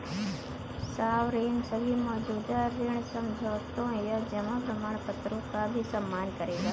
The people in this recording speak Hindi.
सॉवरेन सभी मौजूदा ऋण समझौतों या जमा प्रमाणपत्रों का भी सम्मान करेगा